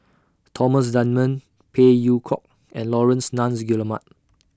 Thomas Dunman Phey Yew Kok and Laurence Nunns Guillemard